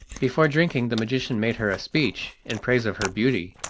before drinking the magician made her a speech in praise of her beauty,